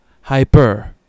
hyper